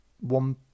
one